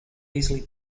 easily